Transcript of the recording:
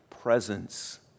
presence